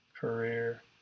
career